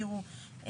תראו,